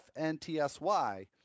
FNTSY